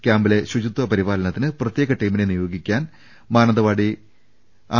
ക്യാമ്പിലെ ശുചിത്വ പരിപാല നത്തിന് പ്രത്യേക ടീമിനെ നിയോഗിക്കാൻ മാനന്തവാടി ആർ